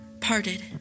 parted